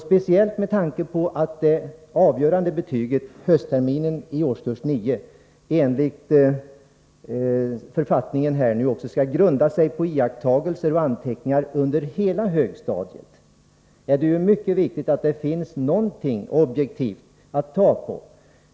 Speciellt med tanke på att det avgörande betyget på höstterminen i årskurs 9 enligt författningen nu också skall grunda sig på iakttagelser och anteckningar under hela högstadietiden, är det mycket viktigt att det finns någonting objektivt att ta på.